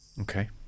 Okay